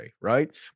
right